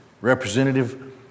representative